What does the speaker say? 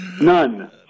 None